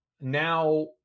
now